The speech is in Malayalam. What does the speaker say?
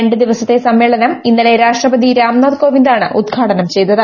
രണ്ടു ദിവസത്തെ സമ്മേളനം ഇന്ന്രലെ രാഷ്ട്രപതി രാംനാഥ് കോവിന്ദ് ആണ് ഉദ്ഘാടനം ചെയ്ത്രത്